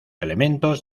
elementos